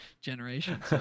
generation